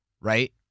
right